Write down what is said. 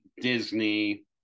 Disney